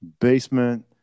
basement